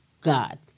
God